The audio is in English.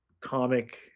comic